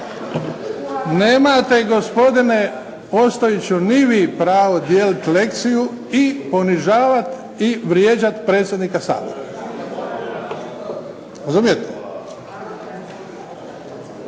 Nemate gospodine Ostojiću ni vi pravo dijeliti lekciju i ponižavati i vrijeđati predsjednika Sabora, razumijete.